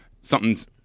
something's